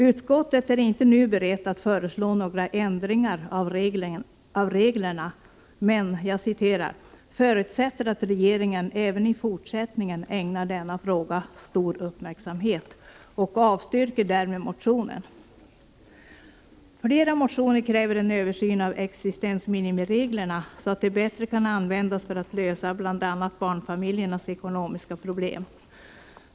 Utskottet är inte nu berett att föreslå några ändringar i reglerna men ”förutsätter att regeringen även i fortsättningen ägnar denna fråga särskild uppmärksamhet” och avstyrker därmed motionen. I flera motioner krävs en översyn av existensminimireglerna, så att de bättre kan användas för att lösa bl.a. barnfamiljernas ekonomiska problem.